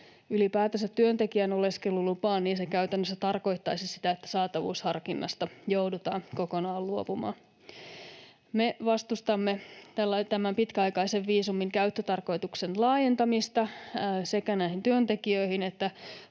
ylipäätänsä työntekijän oleskelulupaan, se käytännössä tarkoittaisi sitä, että saatavuusharkinnasta joudutaan kokonaan luopumaan. Me vastustamme tämän pitkäaikaisen viisumin käyttötarkoituksen laajentamista sekä näihin työntekijöihin että